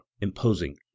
imposing